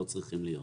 לא צריכים להיות.